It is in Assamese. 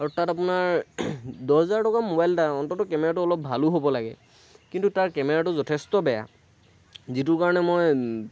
আৰু তাত আপোনাৰ দহ হেজাৰ টকাৰ ম'বাইল এটা অন্ততঃ কেমেৰাটো অলপ ভালো হ'ব লাগে কিন্তু তাৰ কেমেৰাটো যথেষ্ট বেয়া যিটোৰ কাৰণে মই